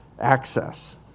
access